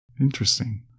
Interesting